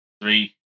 Three